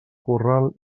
corral